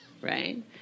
right